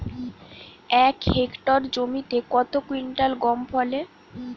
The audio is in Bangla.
এক হেক্টর জমিতে কত কুইন্টাল গম ফলে?